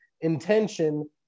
intention